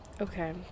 okay